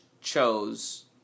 chose